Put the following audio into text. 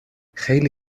خیلی